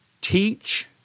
teach